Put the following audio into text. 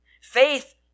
Faith